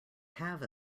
have